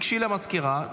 תיגשי למזכירה,